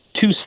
two